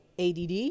ADD